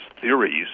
theories